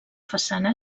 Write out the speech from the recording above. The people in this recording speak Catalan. façana